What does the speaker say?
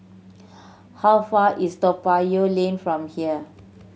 how far is Toa Payoh Lane from here